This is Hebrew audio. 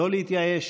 לא להתייאש.